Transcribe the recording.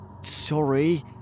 Sorry